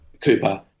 Cooper